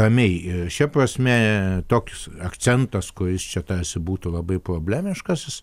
ramiai ir šia prasme tokis akcentas kuris čia tarsi būtų labai problemiškasis